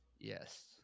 Yes